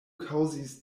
kaŭzis